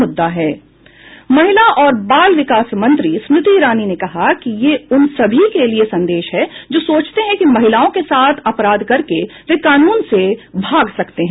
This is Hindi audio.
महिला और बाल विकास मंत्री स्मृति ईरानी ने कहा कि यह उन सभी के लिए संदेश है जो सोचते हैं कि महिलाओं के साथ अपराध करके वो कानून से भाग सकते हैं